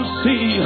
see